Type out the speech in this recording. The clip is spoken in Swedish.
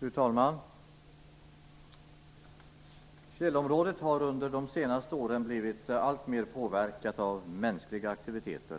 Fru talman! Fjällområdet har under de senaste åren blivit alltmer påverkat av mänskliga aktiviteter.